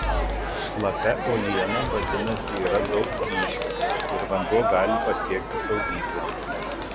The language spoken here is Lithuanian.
šlapia uoliena vadinasi yra daug plyšių ir vanduo gali pasiekti saugyklą